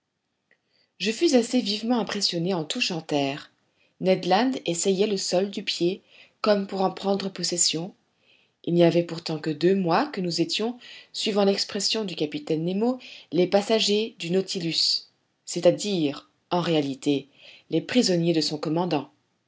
je fus assez vivement impressionné en touchant terre ned land essayait le sol du pied comme pour en prendre possession il n'y avait pourtant que deux mois que nous étions suivant l'expression du capitaine nemo les passagers du nautilus c'est-à-dire en réalité les prisonniers de son commandant